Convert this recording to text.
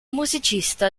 musicista